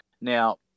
Now